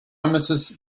mrs